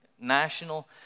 national